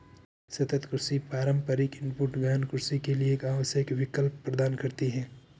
सतत कृषि पारंपरिक इनपुट गहन कृषि के लिए एक आवश्यक विकल्प प्रदान करती है